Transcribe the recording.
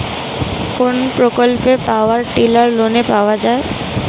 কোন প্রকল্পে power tiller লোনে পাওয়া য়ায়?